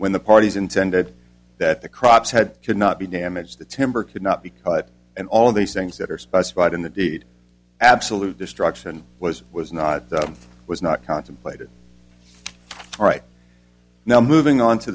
when the parties intended that the crops had could not be damaged the timber could not be cut and all of these things that are specified in the deed absolute destruction was was not was not contemplated right now moving on to